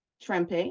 Trempe